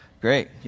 Great